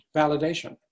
validation